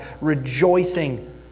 rejoicing